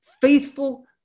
faithful